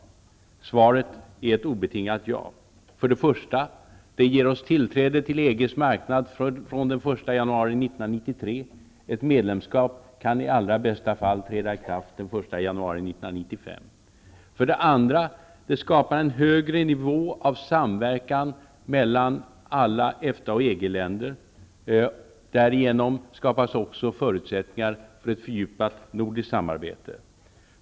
Svaret är ett obetingat ja. För det första: Det ger oss tillträde till EG:s marknad fr.o.m. den 1 januari 1993. Ett medlemskap kan i allra bästa fall träda i kraft den 1 För det andra: Det skapar en högre nivå av samverkan mellan alla EFTA och EG-länder. Därigenom skapas också förutsättningar för ett fördjupat nordiskt samarbete.